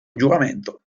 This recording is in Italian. giuramento